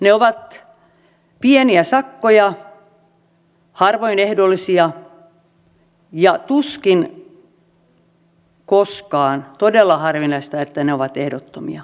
ne ovat pieniä sakkoja harvoin ehdollisia ja tuskin koskaan se on todella harvinaista ehdottomia